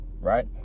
Right